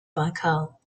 baikal